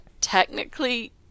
technically